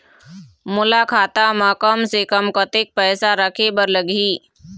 मोला खाता म कम से कम कतेक पैसा रखे बर लगही?